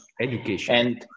Education